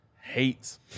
hates